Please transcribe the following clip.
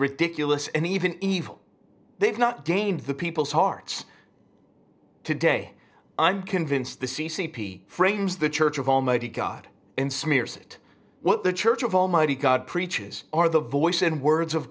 ridiculous and even evil they've not gained the people's hearts today i'm convinced the c c p frames the church of almighty god in smears it what the church of almighty god preaches are the voice and words of